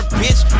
bitch